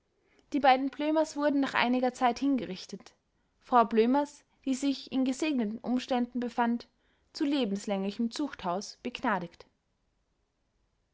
die beiden blömers wurden nach einiger zeit hingerichtet frau blömers die sich in gesegneten umständen befand zu lebenslänglichem zuchthaus begnadigt